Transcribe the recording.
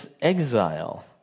exile